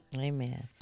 Amen